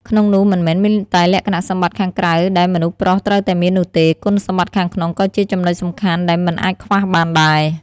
ក្នុងនោះ មិនមែនមានតែលក្ខណៈសម្បត្តិខាងក្រៅដែលមនុស្សប្រុសត្រូវតែមាននោះទេ គុណសម្បត្តិខាងក្នុងក៏ជាចំណុចសំខាន់ដែលមិនអាចខ្វះបានដែរ។